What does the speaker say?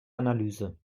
analyse